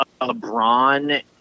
lebron